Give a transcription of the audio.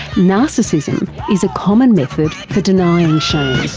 narcissism is a common method for denying shame.